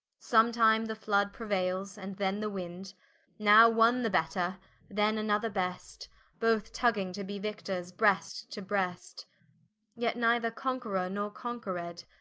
sometime, the flood preuailes and than the winde now, one the better then, another best both tugging to be victors, brest to brest yet neither conqueror, nor conquered.